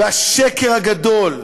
והשקר הגדול,